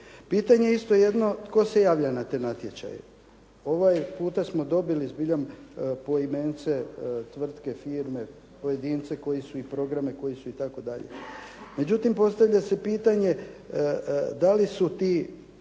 Pitanje isto jedno, tko se javlja na te natječaje? Ovaj puta smo dobili zbilja poimence tvrtke, firme, pojedince koji su i programe, koji su itd. Međutim, postavlja se pitanje, dali su ti